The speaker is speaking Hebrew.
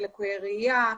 לקויי ראיה,